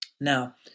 Now